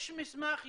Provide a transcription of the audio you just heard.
יש מסמך,